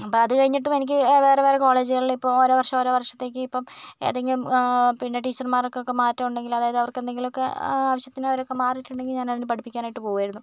അപ്പോൾ അത് കഴിഞ്ഞിട്ടുമെനിക്ക് വേറെ വേറെ കോളേജുകളിൽ ഇപ്പോൾ ഓരോ വർഷം ഓരോ വർഷത്തേയ്ക്ക് ഇപ്പോൾ ഏതെങ്കിലും പിന്നെ ടീച്ചർമാർക്കൊക്കെ മാറ്റമുണ്ടെങ്കിൽ അതായത് അവർക്കെന്തെങ്കിലുമൊക്കെ ആവശ്യത്തിന് അവരൊക്കെ മാറിയിട്ടുണ്ടെങ്കിൽ ഞാനതിന് പഠിപ്പിക്കാനായിട്ട് പോവുമായിരുന്നു